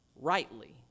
rightly